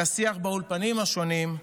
לשיח באולפנים השונים,